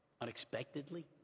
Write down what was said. unexpectedly